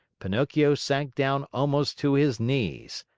pinocchio sank down almost to his knees.